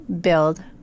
build